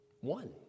One